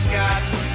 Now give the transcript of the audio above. Scott